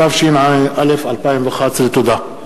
התשע"א 2011. תודה.